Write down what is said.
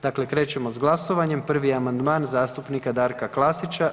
Dakle, krećemo s glasovanjem, prvi je amandman zastupnika Darka Klasića.